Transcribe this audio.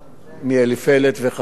מאליפלט ומחצור.